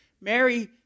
Mary